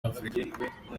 afurika